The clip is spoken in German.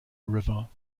river